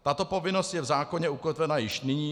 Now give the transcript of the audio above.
Tato povinnost je v zákoně ukotvena již nyní.